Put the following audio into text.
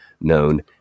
known